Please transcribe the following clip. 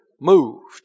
Moved